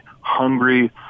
hungry